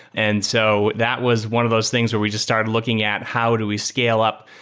and so that was one of those things where we just started looking at how do we scale up?